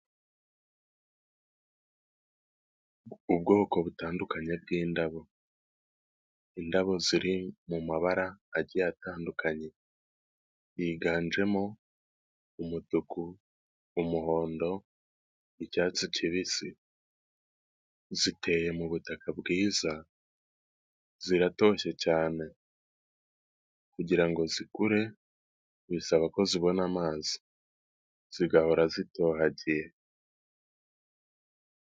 Ubwoko butandukanye bwindabo indabo; ziri mu mabara agiye atandukanye, yiganjemo umutuku, umuhondo, icyatsi kibisi, ziteye mutaka bwiza, ziratoshye cyane, kugirango zikure bisaba ko zibona amazi zigahora zitohagiye.